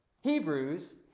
Hebrews